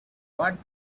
what